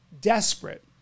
desperate